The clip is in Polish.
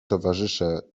towarzysze